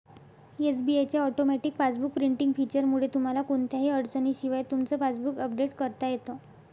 SBI च्या automatic passbook printing फीचरमुळे तुम्हाला कोणत्याही अडचणीशिवाय तुमचं पासबुक अपडेट करता येतं